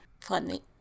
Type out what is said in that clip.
Funny